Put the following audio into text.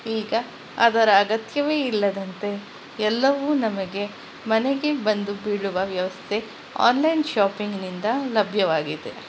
ಈಗ ಅದರ ಅಗತ್ಯವೇ ಇಲ್ಲದಂತೆ ಎಲ್ಲವೂ ನಮಗೆ ಮನೆಗೆ ಬಂದು ಬೀಳುವ ವ್ಯವಸ್ಥೆ ಆನ್ಲೈನ್ ಶಾಪಿಂಗ್ನಿಂದ ಲಭ್ಯವಾಗಿದೆ